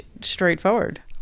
straightforward